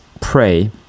pray